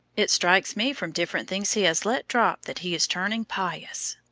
it strikes me from different things he has let drop that he is turning pious.